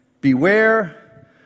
Beware